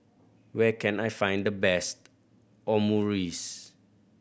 where can I find the best Omurice